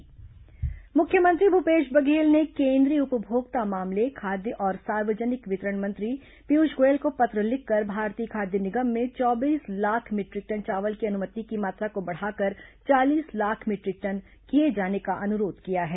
मुख्यमंत्री केंद्रीय मंत्री पत्र मुख्यमंत्री भूपेश बघेल ने केंद्रीय उपभोक्ता मामले खाद्य और सार्वजनिक वितरण मंत्री पीयूष गोयल को पत्र लिखकर भारतीय खाद्य निगम में चौबीस लाख मीटरिक टन चावल की अनुमति की मात्रा को बढ़ाकर चालीस लाख मीटरिक टन किए जाने का अनुरोध किया है